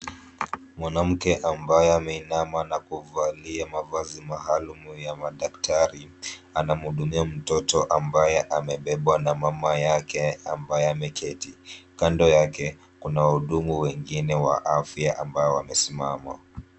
Mwanamke ambaye ameinama na kuvalia mavazi maalum ya madaktari, anamhudumia mtoto ambaye amebebwa na mama yake ambaye ameketi. Kando yake kuna wahudumu wengine wa afya ambao wamesimama.